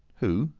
who?